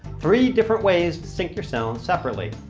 three different ways to sync your sound separately.